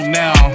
now